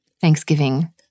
Thanksgiving